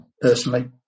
personally